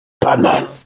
Batman